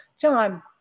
John